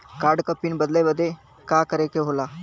Card क PIN बदले बदी का करे के होला?